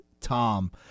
Tom